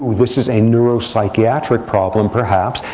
this is a neuropsychiatric problem, perhaps.